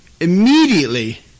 immediately